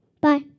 Bye